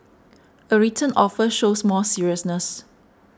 a written offer shows more seriousness